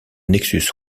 nexus